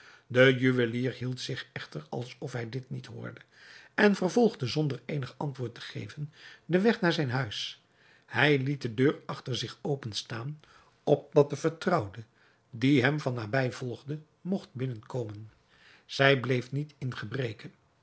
de juwelier hield zich echter alsof hij dit niet hoorde en vervolgde zonder eenig antwoord te geven den weg naar zijn huis hij liet de deur achter zich open staan opdat de vertrouwde die hem van nabij volgde mogt binnenkomen zij bleef niet in gebreke